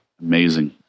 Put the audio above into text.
amazing